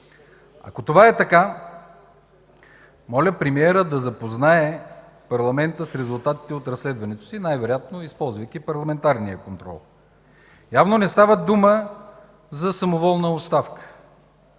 Ако това е така, моля премиерът да запознае парламента с резултатите от разследването си, най-вероятно използвайки парламентарния контрол. Явно не става дума за самоволна оставка,